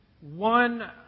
one